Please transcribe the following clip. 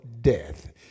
death